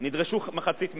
נדרשו מחצית מכך,